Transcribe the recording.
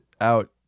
out